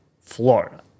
Florida